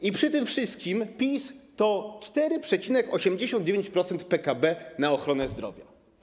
I przy tym wszystkim PiS to 4,89% PKB na ochronę zdrowia.